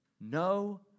No